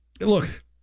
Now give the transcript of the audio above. look